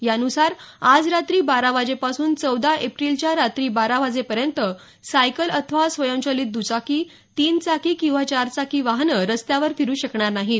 यानुसार आज रात्री बारा वाजेपासून चौदा एप्रिलच्या रात्री बारा वाजेपर्यंत सायकल अथवा स्वयंचलित दचाकी तीनचाकी किंवा चारचाकी वाहनं रस्त्यावर फिरू शकणार नाहीत